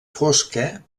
fosca